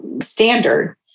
standard